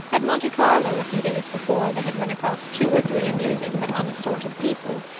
at monte-carlo, a few days before, they had run across two or three amusing but unassorted people,